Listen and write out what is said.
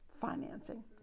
Financing